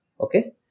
Okay